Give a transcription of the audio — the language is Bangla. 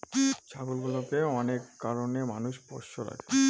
ছাগলগুলোকে অনেক কারনে মানুষ পোষ্য রাখে